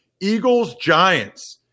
Eagles-Giants